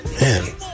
Man